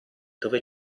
dove